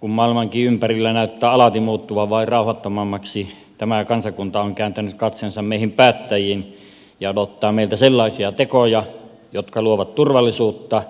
kun maailmakin ympärillä näyttää alati muuttuvan vain rauhattomammaksi tämä kansakunta on kääntänyt katseensa meihin päättäjiin ja odottaa meiltä sellaisia tekoja jotka luovat turvallisuutta